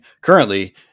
currently